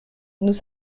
nous